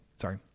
sorry